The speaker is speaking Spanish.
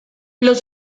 los